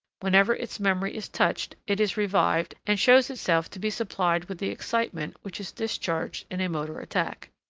whenever its memory is touched, it is revived and shows itself to be supplied with the excitement which is discharged in a motor attack.